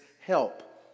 help